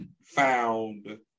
found